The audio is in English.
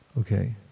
Okay